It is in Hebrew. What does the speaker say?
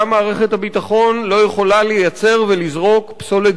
גם מערכת הביטחון לא יכולה לייצר ולזרוק פסולת